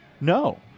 No